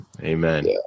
Amen